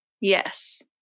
yes